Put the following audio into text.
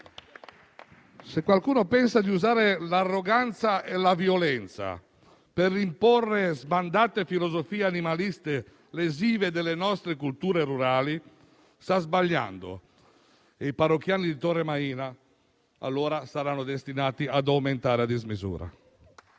Se qualcuno pensa di usare l'arroganza e la violenza per imporre sbandate filosofie animaliste lesive delle nostre culture rurali sta sbagliando e i parrocchiani di Torre Maina saranno allora destinati ad aumentare a dismisura.